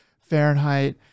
Fahrenheit